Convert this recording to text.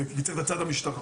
זה קיצר את הצד המשטרתי.